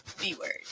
B-word